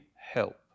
help